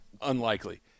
unlikely